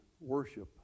worship